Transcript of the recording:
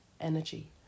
energy